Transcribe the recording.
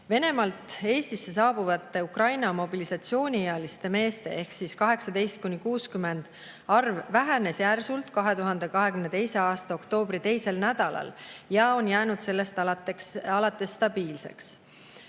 Venemaalt Eestisse saabuvate Ukraina mobilisatsiooniealiste meeste ehk 18–60‑aastaste meeste arv vähenes järsult 2022. aasta oktoobri teisel nädalal ja on jäänud sellest alates stabiilseks.